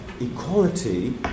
equality